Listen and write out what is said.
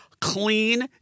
clean